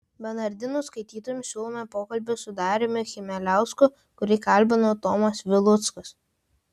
bernardinų skaitytojams siūlome pokalbį su dariumi chmieliausku kurį kalbino tomas viluckas